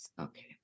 okay